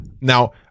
now